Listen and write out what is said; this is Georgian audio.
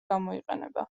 გამოიყენება